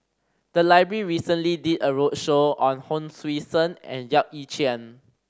the library recently did a roadshow on Hon Sui Sen and Yap Ee Chian